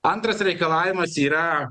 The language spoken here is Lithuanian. antras reikalavimas yra